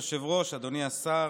אדוני היושב-ראש, אדוני השר,